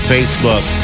Facebook